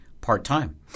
part-time